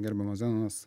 gerbiamas zenonas